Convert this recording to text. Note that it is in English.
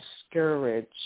discouraged